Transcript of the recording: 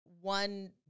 one